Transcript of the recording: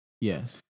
Yes